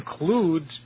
includes